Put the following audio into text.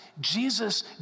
Jesus